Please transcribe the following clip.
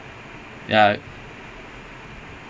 is not eighty though it's sixty five per